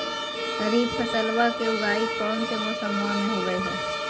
खरीफ फसलवा के उगाई कौन से मौसमा मे होवय है?